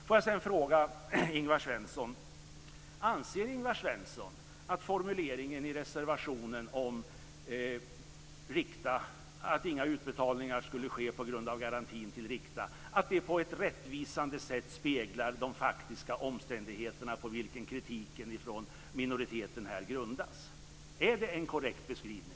Får jag sedan fråga Ingvar Svensson: Anser Ingvar Svensson att formuleringen i reservationen om att inga utbetalningar skulle ske på grund av garantin till Rikta på ett rättvisande sätt speglar de faktiska omständigheter på vilka kritiken från minoriteten här grundas? Är det en korrekt beskrivning?